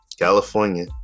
California